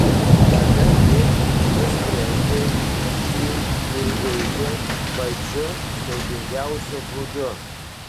tada ji nusprendė jį išguiti pačiu siaubingiausiu būdu